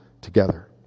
together